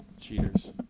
cheaters